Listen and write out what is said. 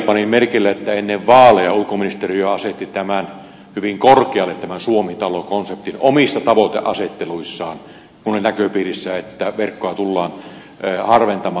panin merkille että ennen vaaleja ulkoministeriö asetti hyvin korkealle tämän suomi talo konseptin omissa tavoiteasetteluissaan kun oli näköpiirissä että verkkoa tullaan harventamaan